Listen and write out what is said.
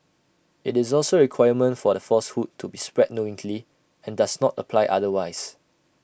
IT is also requirement for the falsehood to be spread and does not apply otherwise